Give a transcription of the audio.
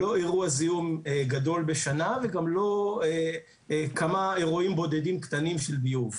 לא אירוע זיהום גדול בשנה וגם לא כמה אירועים בודדים קטנים של ביוב.